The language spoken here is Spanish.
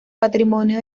patrimonio